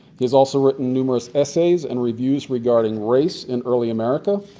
he has also written numerous essays and reviews regarding race in early america.